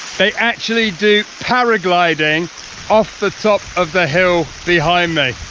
they actually do paragliding off the top of the hill behind me.